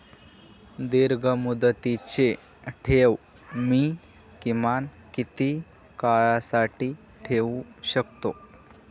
दीर्घमुदतीचे ठेव मी किमान किती काळासाठी ठेवू शकतो?